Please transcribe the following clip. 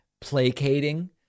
placating